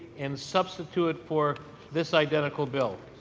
and substitute for this identical bill.